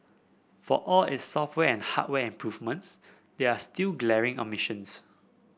for all its software and hardware improvements there are still glaring omissions